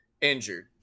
injured